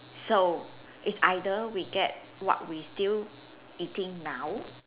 so it's either we get what we still eating now